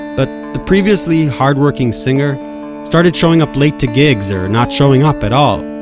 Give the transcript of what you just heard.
but the previously hard-working singer started showing up late to gigs, or not showing up at all.